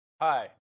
Hi